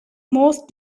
most